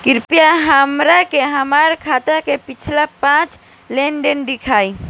कृपया हमरा के हमार खाता के पिछला पांच लेनदेन देखाईं